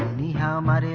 how my